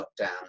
lockdown